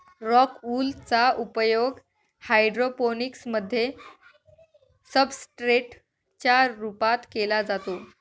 rock wool चा उपयोग hydroponics मध्ये सब्सट्रेट च्या रूपात केला जातो